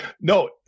No